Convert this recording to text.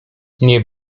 nie